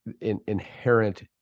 inherent